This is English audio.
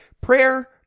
prayer